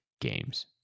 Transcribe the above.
games